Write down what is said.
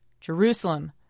Jerusalem